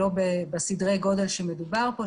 לא בסדרי הגודל שמדובר פה,